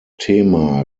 thema